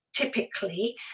typically